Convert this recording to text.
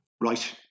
Right